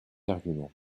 arguments